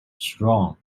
strong